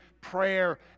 prayer